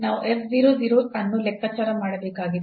ನಾವು f 0 0 ಅನ್ನು ಲೆಕ್ಕಾಚಾರ ಮಾಡಬೇಕಾಗಿದೆ